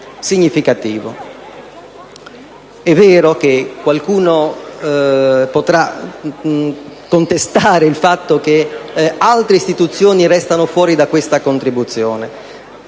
riconoscimento. È vero che qualcuno potrà contestare il fatto che altre istituzioni restano fuori da questa contribuzione.